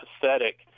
pathetic